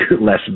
less